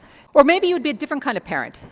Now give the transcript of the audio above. or maybe you'd be a different kind of parent,